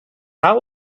how